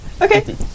Okay